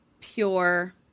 pure